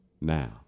Now